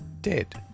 dead